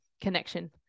connection